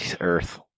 Earth